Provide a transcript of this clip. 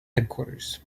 headquarters